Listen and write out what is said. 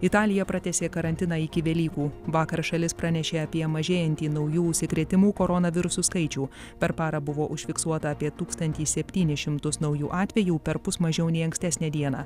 italija pratęsė karantiną iki velykų vakar šalis pranešė apie mažėjantį naujų užsikrėtimų koronavirusu skaičių per parą buvo užfiksuota apie tūkstantį septynis šimtus naujų atvejų perpus mažiau ankstesnę dieną